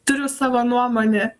turiu savo nuomonę